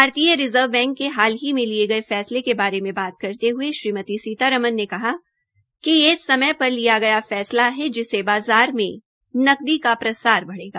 भारतीय reserve bank के हाल ही में लिये गये फैसले के बारे में बात करते हये श्रीमती सीतारमन ने कहा कि यह समय पर लिया गया फैसला है जिसे बाजार में नकदी का प्रसार बढ़ेगा